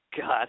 God